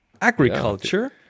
agriculture